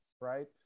right